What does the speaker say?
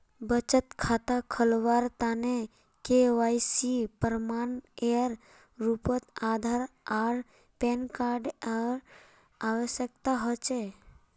बचत खता खोलावार तने के.वाइ.सी प्रमाण एर रूपोत आधार आर पैन कार्ड एर आवश्यकता होचे